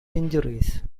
injuries